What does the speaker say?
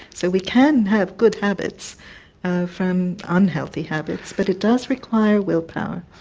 so we can have good habits from unhealthy habits but it does require willpower.